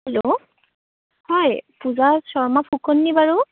hello হয় পূজা শৰ্মা ফুকননে বাৰু